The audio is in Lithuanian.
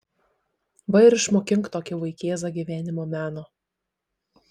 va ir išmokink tokį vaikėzą gyvenimo meno